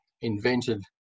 invented